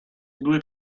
due